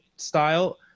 style